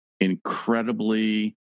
incredibly